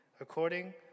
according